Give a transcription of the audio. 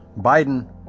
Biden